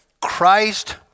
Christ